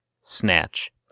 snatch